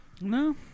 No